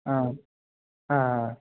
ആ അ ആ